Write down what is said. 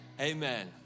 Amen